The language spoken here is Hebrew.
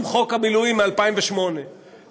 בתי-ספר מתארגנים לדברים מסוימים בנושאים כאלה ואחרים,